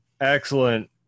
Excellent